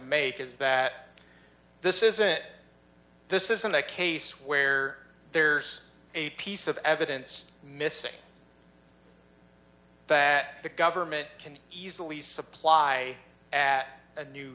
make is that this is it this isn't a case where there's a piece of evidence missing that the government can easily supply at a new